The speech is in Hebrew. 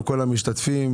לכל המשתתפים,